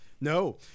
No